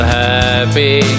happy